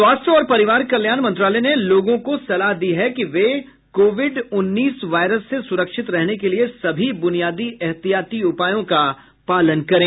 स्वास्थ्य और परिवार कल्याण मंत्रालय ने लोगों को सलाह दी है कि वे कोविड उन्नीस वायरस से सुरक्षित रहने के लिए सभी बुनियादी एहतियाती उपायों का पालन करें